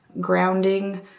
grounding